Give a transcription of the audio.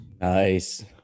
Nice